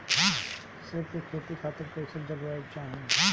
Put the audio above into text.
सेब के खेती खातिर कइसन जलवायु चाही?